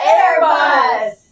Airbus